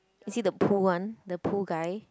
is he the pool one the pool guy